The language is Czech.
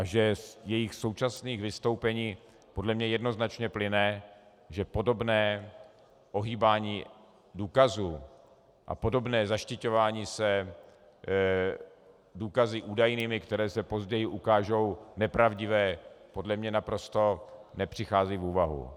A že z jejich současných vystoupení podle mě jednoznačně plyne, že podobné ohýbání důkazů a podobné zaštiťování se důkazy údajnými, které se později ukážou nepravdivé, podle mě naprosto nepřichází v úvahu.